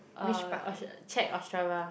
uh or should check Ostrava